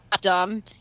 dumb